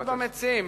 תלוי במציעים,